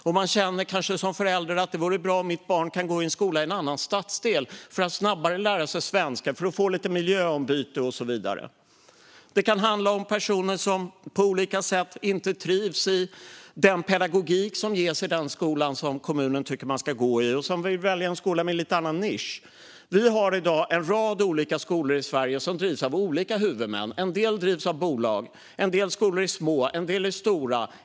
Då känner man kanske som förälder att det vore bra om ens barn kunde gå i skola i en annan stadsdel för att snabbare lära sig svenska, få lite miljöombyte och så vidare. Det kan handla om personer som på olika sätt inte trivs med den pedagogik som ges i den skolan som kommunen tycker att man ska gå i och som vill välja en skola med lite annan nisch. Vi har i dag en rad olika skolor i Sverige som drivs av olika huvudmän. En del drivs av bolag. En del skolor är små, en del är stora.